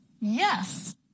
Yes